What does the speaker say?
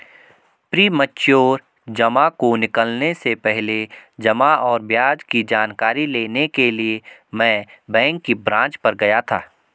premature जमा को निकलने से पहले जमा और ब्याज की जानकारी लेने के लिए मैं बैंक की ब्रांच पर गया था